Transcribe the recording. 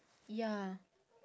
ya